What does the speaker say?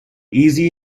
easy